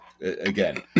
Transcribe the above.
again